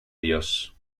dios